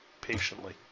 patiently